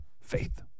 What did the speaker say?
faith